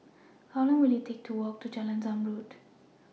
How Long Will IT Take to Walk to Jalan Zamrud